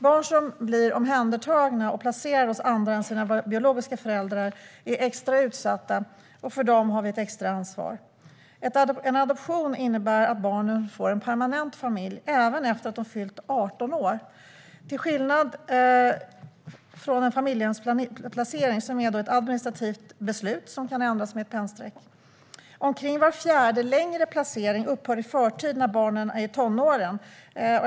Barn som blir omhändertagna och placerade hos andra än sina biologiska föräldrar är extra utsatta, och för dem har vi ett extra ansvar. En adoption innebär att barnen får en permanent familj även efter att de fyllt 18 år, till skillnad från en familjehemsplacering som är ett administrativt beslut som kan ändras med ett pennstreck. Omkring var fjärde längre placering upphör i förtid när barnen är i tonåren.